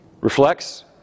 reflects